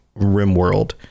RimWorld